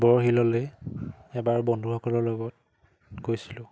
বৰশীললৈ এবাৰ বন্ধুসকলৰ লগত গৈছিলোঁ